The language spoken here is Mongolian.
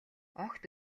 огт